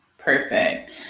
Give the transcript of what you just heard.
Perfect